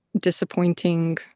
Disappointing